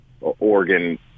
Oregon